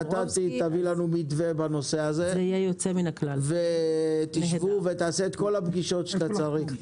אתה תביא לנו מתווה בנושא הזה ותעשה את כל הפגישות שאתה צריך.